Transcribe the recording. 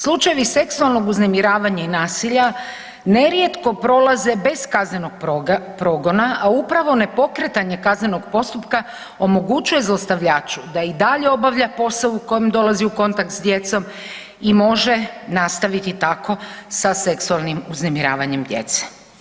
Slučajevi seksualnog uznemiravanja i nasilja nerijetko prolaze bez kaznenog progona, a upravo ne pokretanje kaznenog postupka omogućuje zlostavljaču da i dalje obavlja posao u kojem dolazi u kontakt s djecom i može nastaviti tako sa seksualnim uznemiravanjem djece.